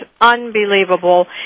unbelievable